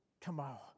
tomorrow